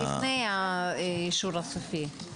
לפני האישור הסופי.